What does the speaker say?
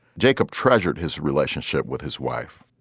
jacob treasured his relationship with his wife.